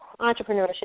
entrepreneurship